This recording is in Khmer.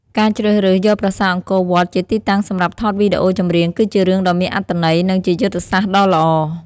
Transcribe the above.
ការជ្រើសរើសយកប្រាសាទអង្គរវត្តជាទីតាំងសម្រាប់ថតវីដេអូចម្រៀង គឺជារឿងដ៏មានអត្ថន័យ និងជាយុទ្ធសាស្ត្រដ៏ល្អ។